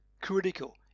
Critical